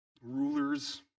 rulers